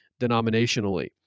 denominationally